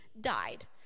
died